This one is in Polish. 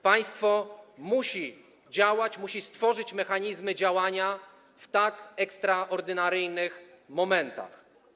Państwo musi działać, musi stworzyć mechanizmy działania w tak ekstraordynaryjnych momentach.